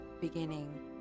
beginning